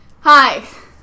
Hi